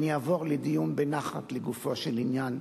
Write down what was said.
אעבור לדיון בנחת לגופו של עניין,